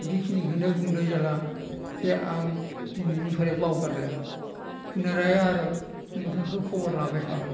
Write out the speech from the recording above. बेखिनिखौनो बुंदो जेब्ला जे आं दिनैनिफ्राय बावगारलिया फुनाराय आरो नोंथांखौ खबर लाबाय थागोन